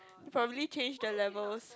probably changed the levels